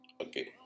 Okay